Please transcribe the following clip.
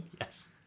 Yes